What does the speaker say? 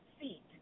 seat